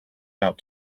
out